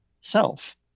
self